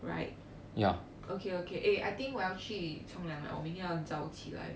right okay okay I think 我要去冲凉 liao 我明天要很早起来